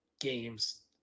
games